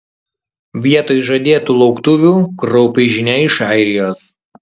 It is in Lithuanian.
vietoj žadėtų lauktuvių kraupi žinia iš airijos